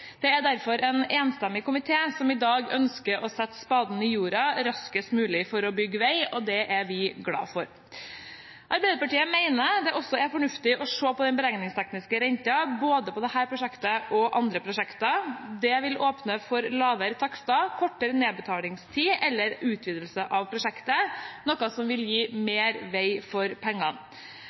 Det er derfor en enstemmig komité som i dag ønsker å sette spaden i jorda raskest mulig for å bygge vei, og det er vi glad for. Arbeiderpartiet mener det også er fornuftig å se på den beregningstekniske renten, både på dette prosjektet og på andre prosjekt. Det vil åpne for lavere takster, kortere nedbetalingstid eller utvidelse av prosjektet, noe som vil gi mer vei for pengene.